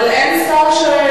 אבל אין שר.